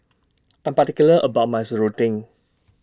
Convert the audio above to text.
I'm particular about My Serunding